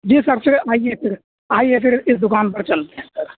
جی sir پھر آئیے پھر آئیے پھر اس دوکان پر چلتے ہیں سر